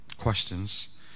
Questions